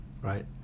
right